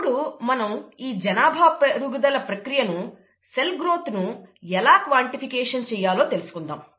ఇప్పుడు మనం ఈ జనాభా పెరుగుదల ప్రక్రియను సెల్ గ్రోత్ ను ఎలా క్వాన్టిఫికేషన్ చెయ్యాలో తెలుసుకుందాము